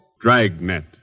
Dragnet